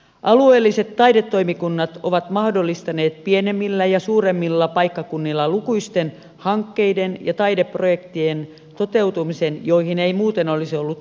alueelliset taidetoimikunnat ovat mahdollistaneet pienemmillä ja suuremmilla paikkakunnilla lukuisten hankkeiden ja taideprojektien toteutumisen joihin ei muuten olisi ollut mahdollisuutta